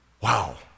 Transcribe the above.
Wow